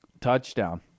touchdown